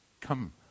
come